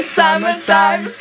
summertime